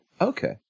Okay